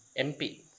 MP